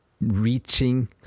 reaching